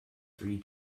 three